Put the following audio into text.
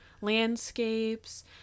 landscapes